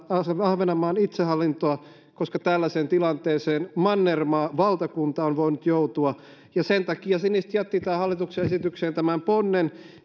ahvenanmaan itsehallintoa koska tällaiseen tilanteeseen mannermaa valtakunta on voinut joutua sen takia siniset jättivät hallituksen esitykseen tämän ponnen